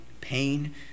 pain